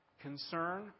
concern